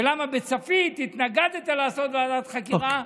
ולמה בצפית התנגדת לעשות ועדת חקירה,